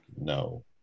No